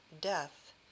death